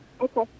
Okay